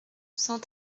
cent